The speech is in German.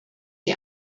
die